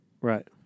Right